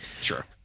Sure